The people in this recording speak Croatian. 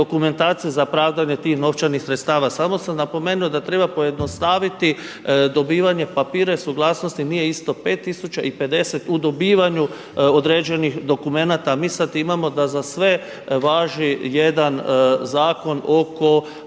dokumentacija za pravdanje tih novčanih sredstava. Samo sam napomenuo da treba pojednostaviti dobivanje papira i suglasnosti nije isto 5 tisuća i 50 u dobivanju određenih dokumenata. A mi sad imamo da za sve važi jedan zakon oko